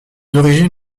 origines